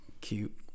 cute